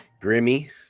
Grimmy